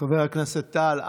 חבר הכנסת טל.